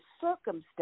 circumstance